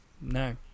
No